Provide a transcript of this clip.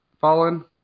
Fallen